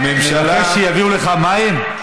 הממשלה, לבקש שיביאו לך מים?